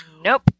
Nope